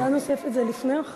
עמדה נוספת זה לפני או אחרי?